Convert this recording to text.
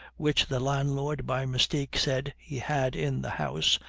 which the landlord by mistake said he had in the house,